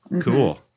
cool